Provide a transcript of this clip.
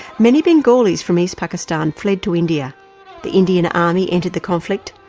many bengalis from east pakistan fled to india the indian army entered the conflict,